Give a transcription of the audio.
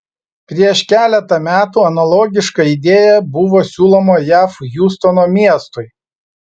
prieš keletą metų analogiška idėja buvo siūloma jav hjustono miestui